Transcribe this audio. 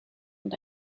und